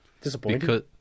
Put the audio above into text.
Disappointing